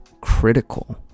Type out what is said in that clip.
critical